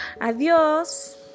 Adios